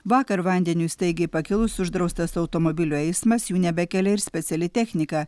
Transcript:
vakar vandeniui staigiai pakilus uždraustas automobilių eismas jų nebekelia ir speciali technika